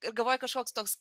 ir galvoj kažkoks toks